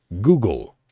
Google